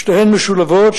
שתיהן משולבות,